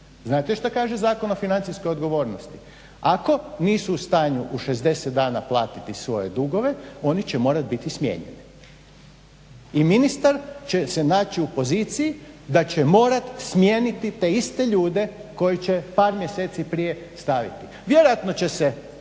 Znate što kaže Zakon o financijskoj odgovornosti? Ako nisu u stanju u 60 dana platiti svoje dugove oni će morat biti smijenjeni i ministar će se naći u poziciji da će morati smijeniti te iste ljude koje će par mjeseci prije staviti. Vjerojatno će se, ja